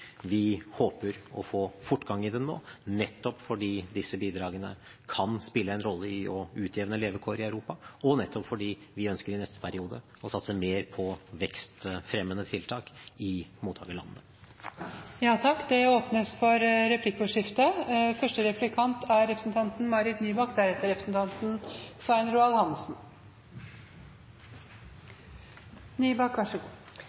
Vi håper å få fortgang i dem nå, nettopp fordi disse bidragene kan spille en rolle i å utjevne levekår i Europa, og nettopp fordi vi ønsker – i neste periode – å satse mer på vekstfremmende tiltak i mottagerlandene. Det blir replikkordskifte.